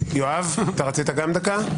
יואב, אתה רצית גם דקה?